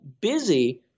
busy